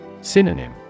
Synonym